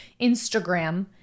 Instagram